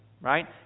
right